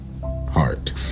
heart